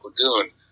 Lagoon